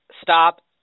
stop